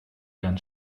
gan